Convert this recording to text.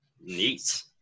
Neat